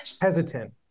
hesitant